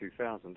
2000